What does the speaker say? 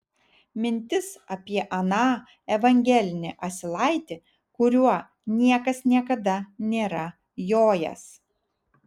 mintis apie aną evangelinį asilaitį kuriuo niekas niekada nėra jojęs